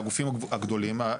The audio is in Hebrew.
הגופים הגדולים,